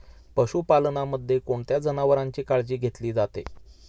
पशुपालनामध्ये कोणत्या जनावरांची काळजी घेतली जाते?